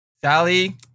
Sally